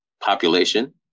population